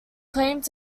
claimed